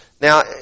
Now